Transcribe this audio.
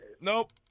nope